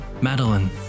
Madeline